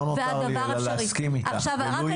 לא נותר לי אלא להסכים איתך, ולו יהי.